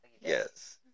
yes